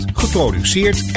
geproduceerd